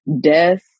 death